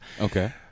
Okay